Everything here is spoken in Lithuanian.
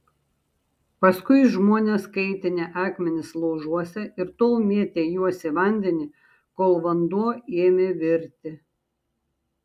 paskui žmonės kaitinę akmenis laužuose ir tol mėtę juos į vandenį kol vanduo ėmė virti